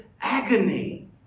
agony